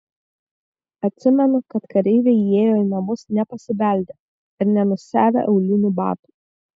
atsimenu kad kareiviai įėjo į namus nepasibeldę ir nenusiavę aulinių batų